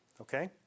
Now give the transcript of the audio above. okay